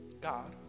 God